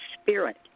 spirit